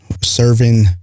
Serving